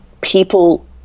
People